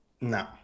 No